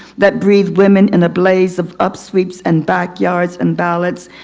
that breathe women in a blaze of up sweeps, and backyards and ballads.